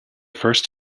first